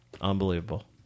Unbelievable